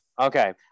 okay